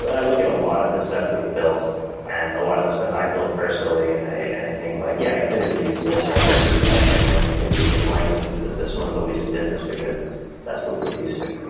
i look at a lot of the stuff we've built and a lot of the stuff i've build personally and i and i think like, yeah, i could have used this, or i could have used that framework. i and could have used this language instead of this one, but we just did this because that's what we were used to.